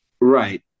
Right